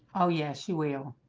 oh, yeah, she will